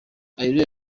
areruya